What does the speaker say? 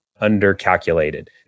under-calculated